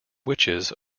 witches